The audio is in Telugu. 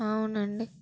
అవునండి